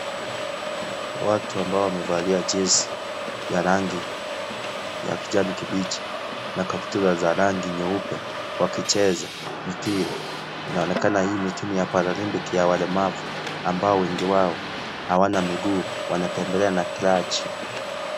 Watu ambao wamevalia jezi ya rangi ya kijani kibichi na kaptura za rangi nyeupa wakicheza mpira inaonekana hii ni timu ya paralympic ya walemavu wao hawana miguu wanatembea na klachi.